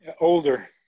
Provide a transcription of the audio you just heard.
Older